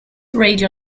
radio